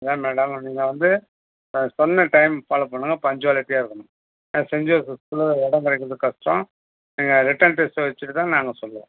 இதான் மேடம் நீங்கள் வந்து சொன்ன டைம் ஃபாலோ பண்ணுங்கள் பன்ச்சுவாலிட்டியாக இருக்கணும் ஏன்னா செண்ட் ஜோசப் ஸ்கூலில் இடம் கிடைக்கிறது கஷ்டம் இங்கே ரிட்டன் டெஸ்ட் வச்சிட்டு தான் நாங்கள் சொல்லுவோம்